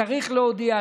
הוא צריך להודיע,